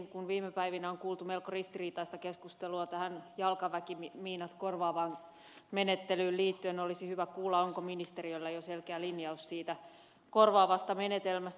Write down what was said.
kun viime päivinä on kuultu melko ristiriitaista keskustelua tähän jalkaväkimiinat korvaavaan menettelyyn liittyen olisi hyvä kuulla onko ministeriöllä jo selkeä linjaus siitä korvaavasta menetelmästä